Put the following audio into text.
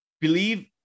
believe